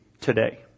today